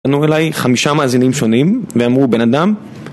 פנו אליי חמישה מאזינים שונים ואמרו בן אדם